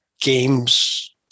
games